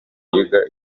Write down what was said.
wiga